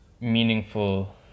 Meaningful